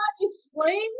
explain